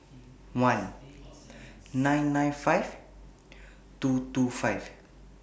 one nine nine five two two five